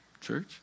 Church